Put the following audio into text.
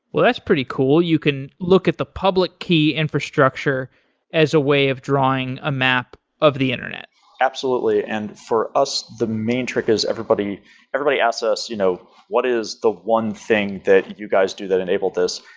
well that's pretty cool. you can look at the public key infrastructure as a way of drawing a map of the internet absolutely. and for us, the main trick is everybody everybody asks us you know what is the one thing that you guys do that enable this?